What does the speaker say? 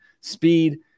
speed